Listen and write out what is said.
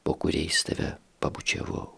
po kuriais tave pabučiavau